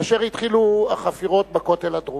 כאשר התחילו בחפירות בכותל הדרומי,